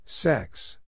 Sex